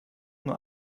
nur